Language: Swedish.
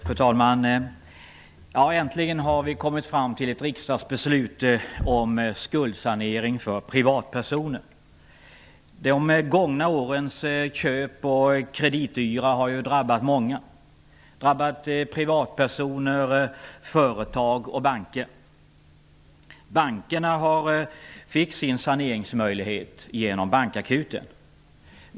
Fru talman! Äntligen har vi kommit fram till ett riksdagsbeslut om skuldsanering för privatpersoner. De gångna årens köp och kredityra har ju drabbat många. Privatpersoner, företag och banker har drabbats. Bankerna fick sin saneringsmöjlighet genom Bankakuten.